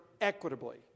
equitably